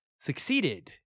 succeeded